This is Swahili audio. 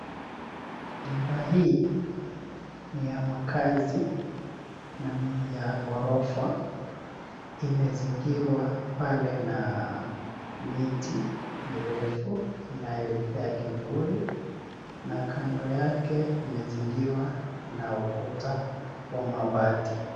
Nyumba hii ni ya makaazi na ni ya ghorofa. Imezingirwa pale na miti mirefu inayoipea kivuli na kando yake kumezingirwa na ukuta wa mabati.